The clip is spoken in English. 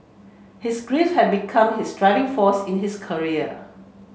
his grief had become his driving force in his career